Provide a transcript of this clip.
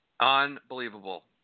Unbelievable